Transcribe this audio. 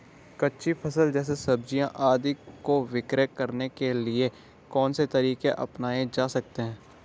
कच्ची फसल जैसे सब्जियाँ आदि को विक्रय करने के लिये कौन से तरीके अपनायें जा सकते हैं?